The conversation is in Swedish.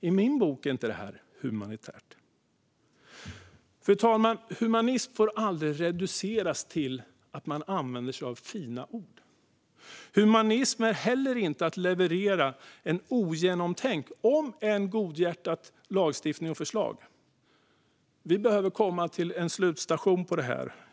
I min bok är det inte humanitärt. Fru talman! Humanism får aldrig reduceras till att använda sig av fina ord. Humanism är heller inte att leverera ogenomtänkta, om än godhjärtade, lagstiftningar och förslag. Vi behöver komma till en slutstation för det här.